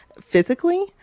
physically